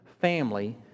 family